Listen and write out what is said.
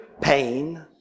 pain